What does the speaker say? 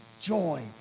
joy